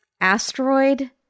asteroid